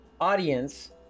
audience